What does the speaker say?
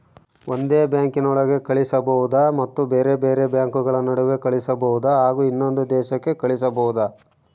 ಒಂದೇ ಬ್ಯಾಂಕಿನೊಳಗೆ ಕಳಿಸಬಹುದಾ ಮತ್ತು ಬೇರೆ ಬೇರೆ ಬ್ಯಾಂಕುಗಳ ನಡುವೆ ಕಳಿಸಬಹುದಾ ಹಾಗೂ ಇನ್ನೊಂದು ದೇಶಕ್ಕೆ ಕಳಿಸಬಹುದಾ?